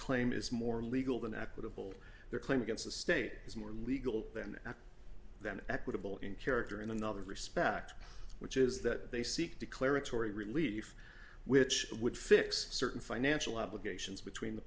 claim is more legal than equitable their claim against the state is more legal than that equitable in character in another respect which is that they seek declaratory relief which would fix certain financial obligations between the